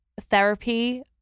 therapy